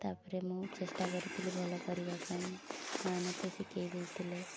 ତା'ପରେ ମୁଁ ଚେଷ୍ଟା କରିଥିଲି ଭଲ କରିବା ପାଇଁ ମାଆ ମୋତେ ଶିଖାଇ ଦେଇଥିଲେ